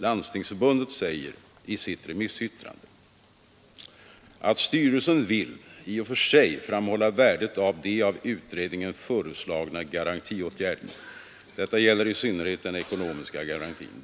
Landstingsförbundet säger i sitt remissyttrande: ”Styrelsen vill i och för sig framhålla värdet av de av utredningsmannen föreslagna garantiåtgärderna. Detta gäller i synnerhet den ekonomiska garantin.